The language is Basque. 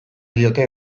diote